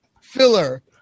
filler